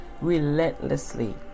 relentlessly